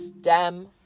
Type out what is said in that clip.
stem